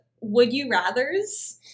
would-you-rathers